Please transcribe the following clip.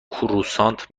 کروسانت